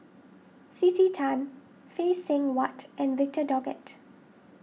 C C Tan Phay Seng Whatt and Victor Doggett